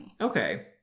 Okay